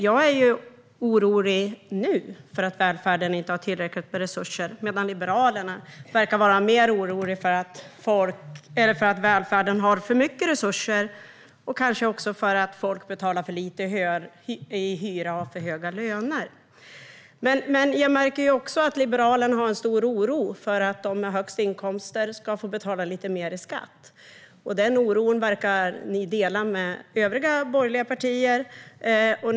Jag är orolig nu för att välfärden inte har tillräckligt med resurser, medan Liberalerna verkar vara mer oroliga för att välfärden har för mycket resurser och kanske också för att folk betalar för lite i hyra och har för höga löner. Men jag märker också att Liberalerna har en stor oro för att de med högst inkomster ska få betala lite mer i skatt. Den oron verkar ni dela med övriga borgerliga partier.